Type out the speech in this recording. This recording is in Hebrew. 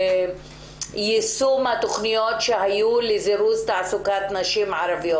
יישום התוכניות שהיו לזירוז תעסוקת נשים ערביות.